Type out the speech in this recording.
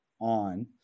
on